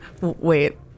Wait